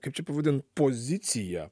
kaip čia pavadint poziciją